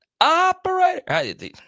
Operator